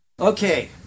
Okay